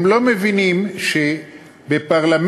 הם לא מבינים שבפרלמנט